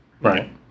Right